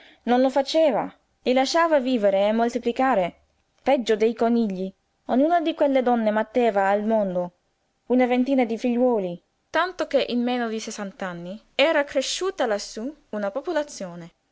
non lo faceva e lasciava vivere e moltiplicare peggio dei conigli ognuna di quelle donne metteva al mondo una ventina di figliuoli tanto che in meno di sessant'anni era cresciuta lassú una popolazione